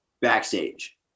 backstage